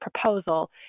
proposal